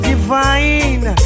Divine